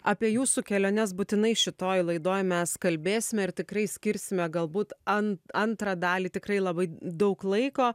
apie jūsų keliones būtinai šitoj laidoj mes kalbėsime ir tikrai skirsime galbūt ant antrą dalį tikrai labai daug laiko